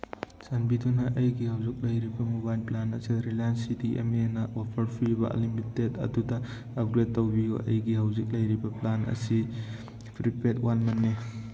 ꯆꯥꯟꯕꯤꯗꯨꯅ ꯑꯩꯒꯤ ꯍꯧꯖꯤꯛ ꯂꯩꯔꯤꯕ ꯃꯣꯕꯥꯏꯟ ꯄ꯭ꯂꯥꯟ ꯑꯁꯤ ꯔꯤꯂꯥꯏꯟꯁ ꯁꯤ ꯗꯤ ꯑꯦꯝ ꯑꯦꯅ ꯑꯣꯐꯔ ꯄꯤꯕ ꯑꯟꯂꯤꯃꯤꯇꯦꯠ ꯑꯗꯨꯗ ꯑꯞꯒ꯭ꯔꯦꯠ ꯇꯧꯕꯤꯌꯨ ꯑꯩꯒꯤ ꯍꯧꯖꯤꯛ ꯂꯩꯔꯤꯕ ꯄ꯭ꯂꯥꯟ ꯑꯁꯤ ꯄ꯭ꯔꯤꯄꯦꯠ ꯋꯥꯟ ꯃꯟꯅꯤ